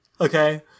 okay